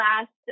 last